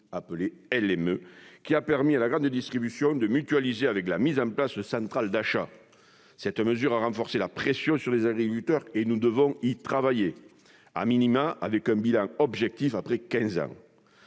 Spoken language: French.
la LME, qui a permis à la grande distribution de mutualiser la mise en place de centrales d'achats. Cette mesure a renforcé la pression sur les agriculteurs. Nous devons y travailler et tirer,, un bilan objectif après quinze